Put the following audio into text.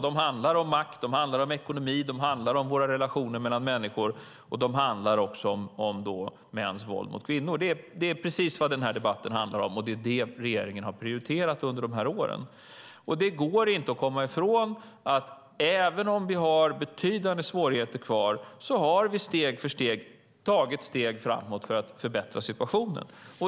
De handlar om makt, ekonomi, relationerna mellan människor och också mäns våld mot kvinnor. Det är precis det som den här debatten handlar om, och det är det som regeringen prioriterat under dessa år. Det går inte att komma ifrån att även om vi har kvar betydande svårigheter har vi steg för steg tagit oss framåt för att förbättra situationen.